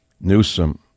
Newsom